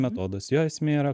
metodas jo esmė yra